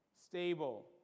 stable